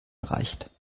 reicht